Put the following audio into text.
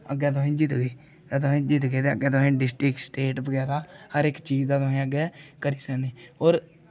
अग्गें तुस जित्तगे तुस जित्तगे ते अग्गें तुसें डिस्ट्रिक्ट स्टेट हर इक चीज़ दा तुसें अग्गें करी सकने होर